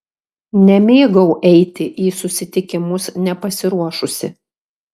nemėgau eiti į susitikimus nepasiruošusi